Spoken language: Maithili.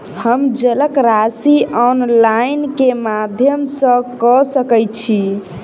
हम जलक राशि ऑनलाइन केँ माध्यम सँ कऽ सकैत छी?